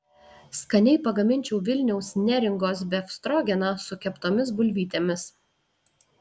skaniai pagaminčiau vilniaus neringos befstrogeną su keptomis bulvytėmis